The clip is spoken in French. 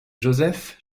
josef